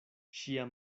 ŝia